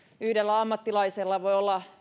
yhdellä ammattilaisella voi olla